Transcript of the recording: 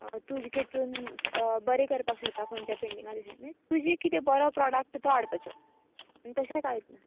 तुजें कितून बरें करपा शकता बर्या पेण्टिंगान अशें म्हणजे तुजें कितें बरो प्रॉडाक्ट तो हाडपाचो पूण तशें कायत ना